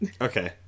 Okay